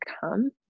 come